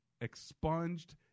expunged